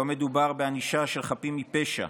לא מדובר בענישה של חפים מפשע.